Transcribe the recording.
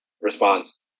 response